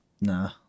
nah